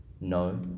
no